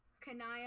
Kanaya